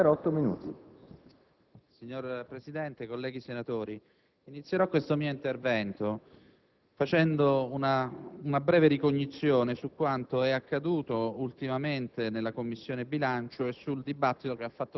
a ciascuno di noi di tornare nei nostri territori e collegi a dire che abbiamo fatto, per quanto possibile, il nostro dovere.